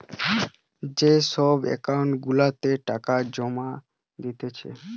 যে সব একাউন্ট গুলাতে টাকা জোমা দিচ্ছে